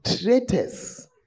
traitors